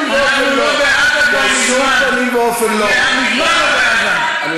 לא, מה פתאום, על מה את מדברת.